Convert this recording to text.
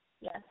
Yes